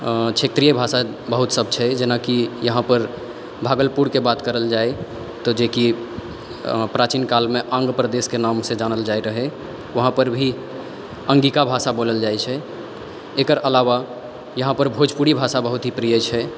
क्षेत्रीय भाषा बहुत सब छै जेना कि यहाँ पर भागलपुर के बात करल जाय तऽ जे कि प्राचीनकालमे अंग परदेश के नाम सॅं जानल जाइ रहै वहाँ पर भी अंगिका भाषा बोलल जाइ छै एकर अलावा यहाँ पर भोजपुरी भाषा बहुत प्रिय छै